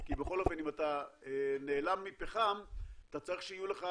כי בכל אופן אם אתה נעלם מפחם אתה צריך שיהיו לך